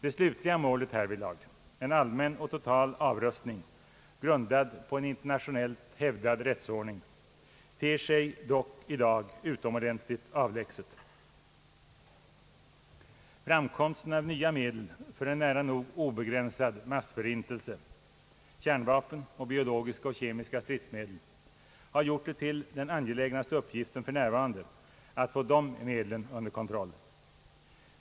Det slutliga målet hävidlag, en allmän och total avrustning grundad på en internationellt hävdad rättsordning, ter sig dock i dag utomordentligt avlägset. Framkomsten av nya medel för en nära nog obegränsad massförintelse, kärnvapen samt biologiska och kemiska stridsmedel, har gjort det till den angelägnaste uppgiften för närvarande att få dessa medel under kontroll.